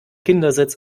kindersitz